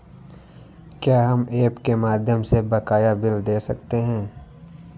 क्या हम ऐप के माध्यम से बकाया बिल देख सकते हैं?